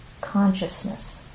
consciousness